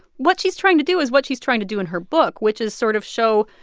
what she's trying to do is what she's trying to do in her book, which is sort of show,